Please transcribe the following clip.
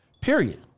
Period